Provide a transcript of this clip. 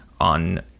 on